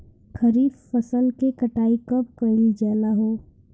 खरिफ फासल के कटाई कब कइल जाला हो?